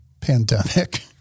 Pandemic